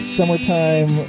summertime